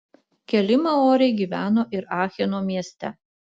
keli maoriai gyveno ir acheno mieste